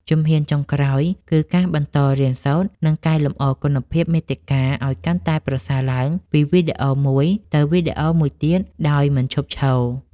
ជំហានចុងក្រោយគឺការបន្តរៀនសូត្រ និងកែលម្អគុណភាពមាតិកាឱ្យកាន់តែប្រសើរឡើងពីវីដេអូមួយទៅវីដេអូមួយទៀតដោយមិនឈប់ឈរ។